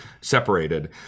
separated